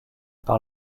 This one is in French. par